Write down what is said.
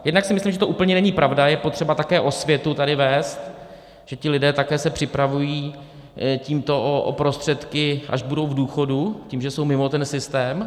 Jednak si myslím, že to úplně není pravda, je potřeba také osvětu tady vést, že ti lidé také se připravují tímto o prostředky, až budou v důchodu, tím, že jsou mimo ten systém.